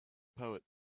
poet